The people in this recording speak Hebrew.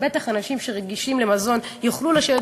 ובטח שאנשים שרגישים למזון יוכלו לשבת